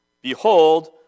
Behold